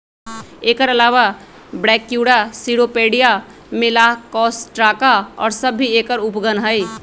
एकर अलावा Brachyura, Cirripedia, Malacostraca और सब भी एकर उपगण हई